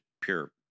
pure